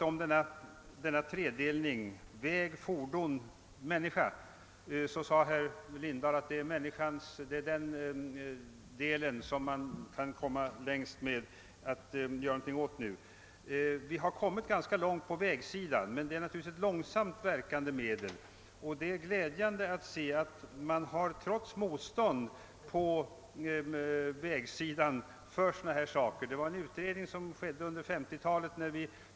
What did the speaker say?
Beträffande tredelningen väg—fordon— människa sade herr Lindahl, att det är delen människa som man nu kan komma längst med. Vi har kommit ganska långt i fråga om vägarna, men åtgärder här är naturligtvis långsamt verkande medel. Det är glädjande att se att man trots motstånd på vägsidan föreslår sådana här saker. En vägtrafikutredning skedde under 1950-talet.